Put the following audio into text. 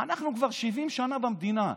ואנחנו כבר 70 שנה במדינה,